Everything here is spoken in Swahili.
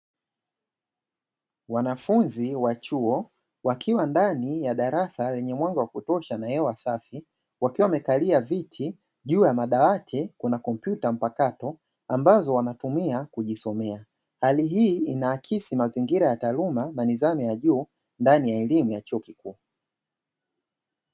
Wanafunzi wa chuo wakiwa ndani ya darasa lenye mwanga wa kutosha na hewa safi, wakiwa wamekalia viti, juu ya madawati kuna kompyuta mpakato, ambazo wanatumia kujisomea, hali hii inaakisi mazingira ya taaluma na nidhamu ya juu ndani ya elimu ya chuo kikuu.